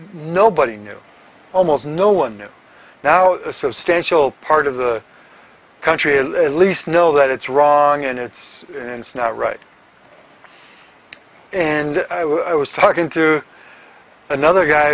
nobody knew almost no one knew now a substantial part of the country at least know that it's wrong and it's not right and i was talking to another guy